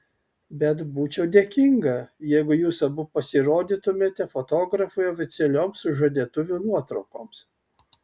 bet būčiau dėkinga jeigu jūs abu pasirodytumėte fotografui oficialioms sužadėtuvių nuotraukoms